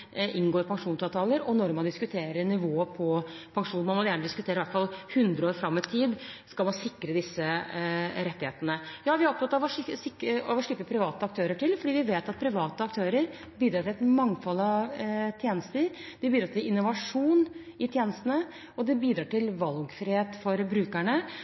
inngår pensjonsavtaler og når man diskuterer nivået på pensjon. Man må gjerne diskutere i hvert fall 100 år fram i tid skal man sikre disse rettighetene. Ja, vi er opptatt av å slippe private aktører til, fordi vi vet at private aktører bidrar til et mangfold av tjenester. De bidrar til innovasjon i tjenestene, og de bidrar til valgfrihet for brukerne.